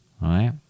right